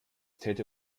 täte